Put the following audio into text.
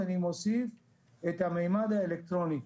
ואני מוסיף את הממד האלקטרוני.